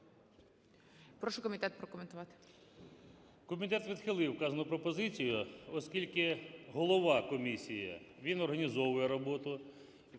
Прошу комітет прокоментувати.